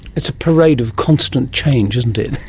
it's a parade of constant change, isn't it.